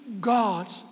God